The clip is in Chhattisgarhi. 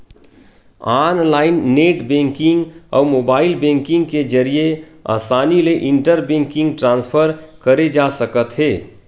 ऑनलाईन नेट बेंकिंग अउ मोबाईल बेंकिंग के जरिए असानी ले इंटर बेंकिंग ट्रांसफर करे जा सकत हे